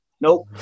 nope